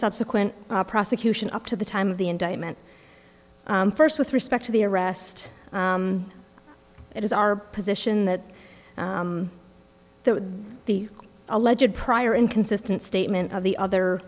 subsequent prosecution up to the time of the indictment first with respect to the arrest it is our position that the the alleged prior inconsistent statement of the other